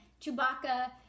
Chewbacca